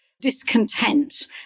discontent